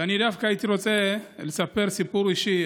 ואני דווקא הייתי רוצה לספר סיפור אישי,